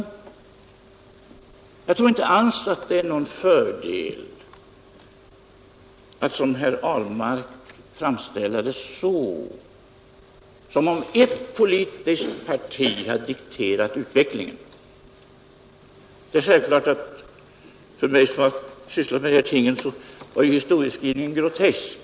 Jag tror inte alls att det är någon fördel, så som herr Ahlmark framställer det, att ett politiskt parti dikterar utvecklingen. Det är självklart att för mig, som sysslat med dessa ting, var historieskrivningen grotesk.